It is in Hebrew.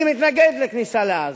אני מתנגד לכניסה לעזה,